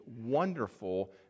wonderful